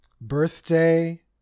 birthday